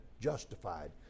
justified